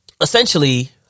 essentially